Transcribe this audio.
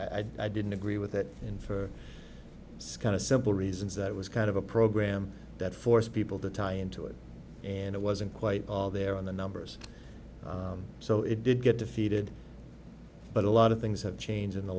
that i didn't agree with it and for its kind of simple reasons that it was kind of a program that forced people to tie into it and it wasn't quite all there on the numbers so it did get defeated but a lot of things have changed in the